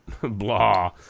blah